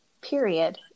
period